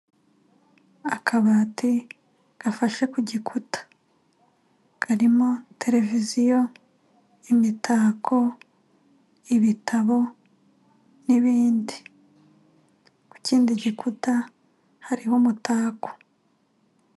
Akabati gafashe ku gikuta, karimo televiziyo, imitako, ibitabo n'ibindi, ku kindi gikuta hariho umutako.